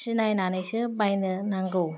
सिनायनानैसो बायनो नांगौ